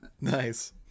Nice